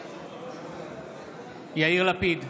נגד יאיר לפיד,